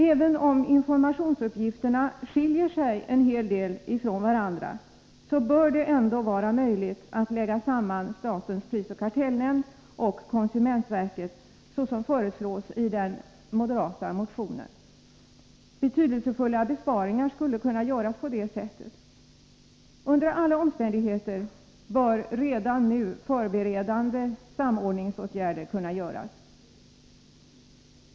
Även om informationsuppgifterna skiljer sig en hel del från varandra bör det ändå vara möjligt att lägga samman SPK och konsumentverket, såsom föreslås i den moderata motionen. Betydelsefulla besparingar skulle kunna göras på det sättet. Under alla omständigheter bör redan nu förberedande samordningsåtgärder kunna vidtas.